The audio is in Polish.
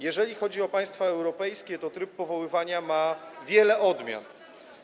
Jeżeli chodzi o państwa europejskie, to tryb powoływania ma tu wiele odmian.